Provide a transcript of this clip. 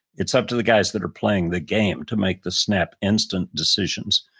it's up to the guys that are playing the game to make the snap instant decisions.